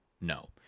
no